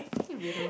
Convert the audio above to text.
you weirdo